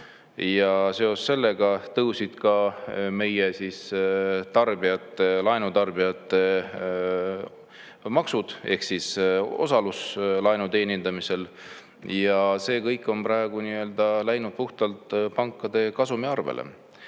ja seoses sellega tõusid ka meie tarbijate, laenutarbijate maksud ehk osalus laenu teenindamisel. Ja see kõik on praegu läinud puhtalt pankade kasumi arvele.